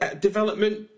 development